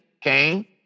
came